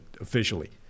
officially